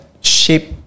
Shape